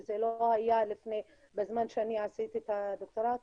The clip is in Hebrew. שזה לא היה בזמן שאני עשיתי את הדוקטורט.